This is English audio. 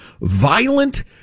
violent